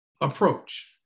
approach